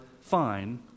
fine